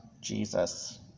Jesus